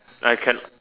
I cannot